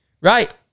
Right